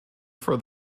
for